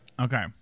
okay